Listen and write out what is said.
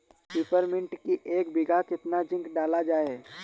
Peppermint की एक बीघा कितना जिंक डाला जाए?